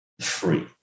free